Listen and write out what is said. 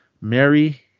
Mary